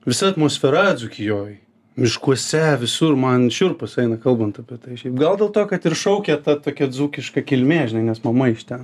visa atmosfera dzūkijoj miškuose visur man šiurpas eina kalbant apie tai šiaip gal dėl to kad ir šaukia ta tokia dzūkiška kilmė žinai nes mama iš ten